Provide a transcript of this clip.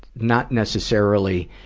not necessarily,